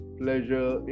pleasure